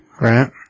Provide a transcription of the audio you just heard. Right